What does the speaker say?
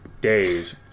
days